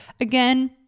again